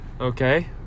Okay